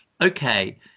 okay